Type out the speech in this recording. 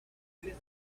here